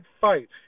fight